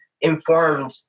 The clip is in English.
informed